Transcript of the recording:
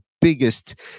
biggest